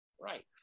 Right